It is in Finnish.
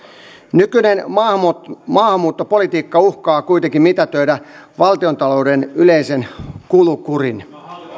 nykyinen maahanmuuttopolitiikka uhkaa kuitenkin mitätöidä valtiontalouden yleisen kulukurin